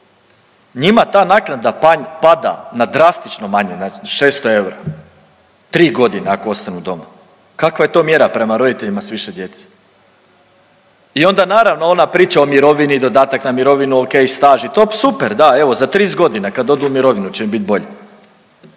njima ta naknada pada na drastično manje, znači 600 eura. Tri godine ako ostanu doma, kakva je to mjera prema roditeljima s više djece. I onda naravno ona priča o mirovini, dodatak na mirovinu, ok, staž i to, super da evo za 30 godina kad odu u mirovinu će im bit bolje.